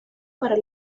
para